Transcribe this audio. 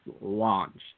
launched